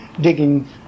digging